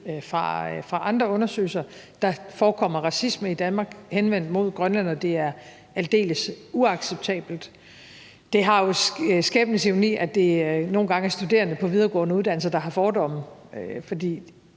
fra andre undersøgelser. Der forekommer racisme i Danmark rettet mod grønlændere, og det er aldeles uacceptabelt. Det er jo skæbnens ironi, at det nogle gange er studerende på videregående uddannelser, der har fordomme, for